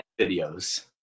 videos